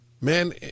man